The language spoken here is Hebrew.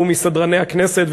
שהוא מסדרני הכנסת,